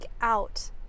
out